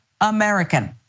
American